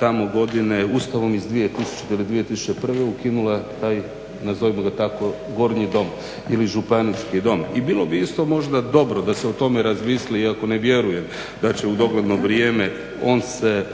tamo godine Ustavom iz 2000. ili 2001. ukinula taj nazovimo ga tako Gornji dom ili Županijski dom. I bilo bi isto možda dobro da se o tome razmisli, iako ne vjerujem da će u dogledno vrijeme on se